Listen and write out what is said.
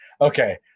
okay